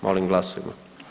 Molim glasujmo.